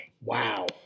Wow